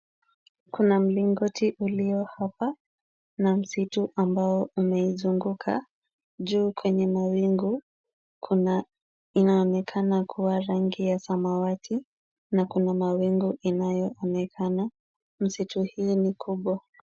Kuna mlingoti ulio hapa na msitu ambao umeizunguka. Juu kwenye mawingu, kuna, inaonekana kuwa rangi ya samawati na kuna mawingu inayoonekana. Msitu hii ni kubwa.